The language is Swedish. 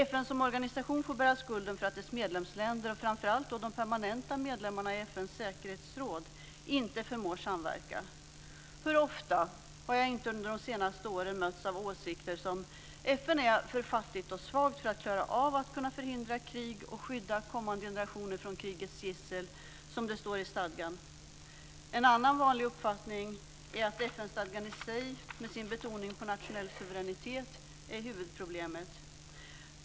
FN som organisation får bära skulden för att dess medlemsländer, framför allt de permanenta medlemmarna i FN:s säkerhetsråd, inte förmår samverka. Hur ofta har jag inte under de senaste åren mötts av åsikter som: FN är för fattigt och svagt för att klara av att förhindra krig och skydda kommande generationer från krigets gissel, som det står i stadgan. En annan vanlig uppfattning är att FN-stadgan i sig, med sin betoning på nationell suveränitet, är huvudproblemet.